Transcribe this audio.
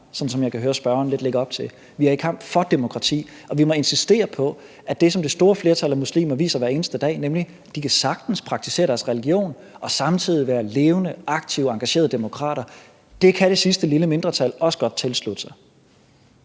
som jeg kan høre spørgeren lidt lægger op til. Vi er i kamp for demokrati, og vi må insistere på, at det, som det store flertal af muslimer viser hver eneste dag, nemlig at de sagtens kan praktisere deres religion og samtidig være levende og aktive engagerede demokrater, kan det sidste lille mindretal også godt tilslutte sig.